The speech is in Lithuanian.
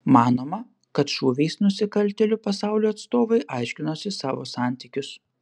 manoma kad šūviais nusikaltėlių pasaulio atstovai aiškinosi savo santykius